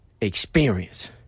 experience